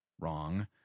wrong